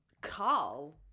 Carl